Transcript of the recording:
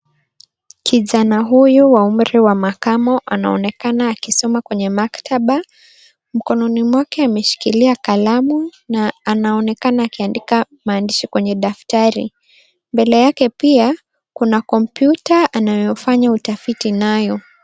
Kijana huyu wa umri wa makamu anainekana akisoma kwenye maktaba mkononi mwake ameshikilia kalamu na anaonekana akiandika kwenye daftari mbele yake pia kuna kompyuta anayofanya utafiti nayo.